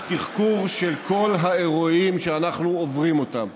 תחקור של כל האירועים שאנחנו עוברים אותם.